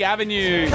Avenue